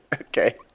Okay